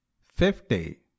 Fifty